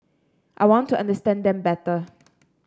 I want to understand them better